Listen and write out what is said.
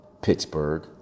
Pittsburgh